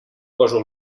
poso